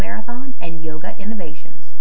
marathon and yoga innovations